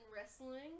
Wrestling